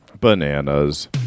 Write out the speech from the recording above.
bananas